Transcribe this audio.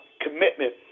commitment